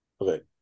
okay